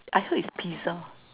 I heard it's pizza